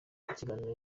ikiganiro